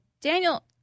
daniel